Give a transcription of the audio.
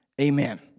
amen